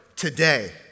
today